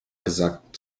gesagt